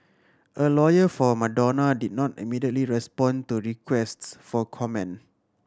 a lawyer for Madonna did not immediately respond to requests for comment